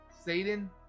Satan